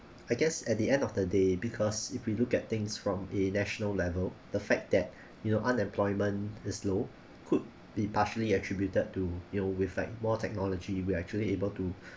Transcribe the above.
I guess at the end of the day because if we look at things from a national level the fact that you know unemployment is low could be partially attributed to you know with like more technology we actually able to